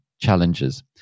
challenges